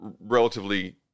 relatively